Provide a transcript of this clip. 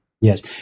Yes